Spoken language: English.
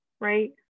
right